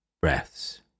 breaths